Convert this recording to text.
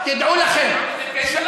תתגייסו